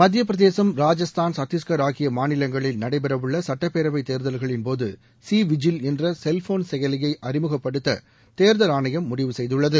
மத்தியப் பிரதேசும் ராஜஸ்தான் சத்தீஸ்கள் ஆகிய மாநிலங்களில் நடைபெறவுள்ள சுட்டப்பேரவை தேர்தல்களின்போது சி விஜில் என்ற செல்போன் செயலியை அறிமுகப்படுத்த தேர்தல் ஆணையம் முடிவு செய்துள்ளது